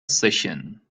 session